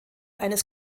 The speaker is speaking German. eines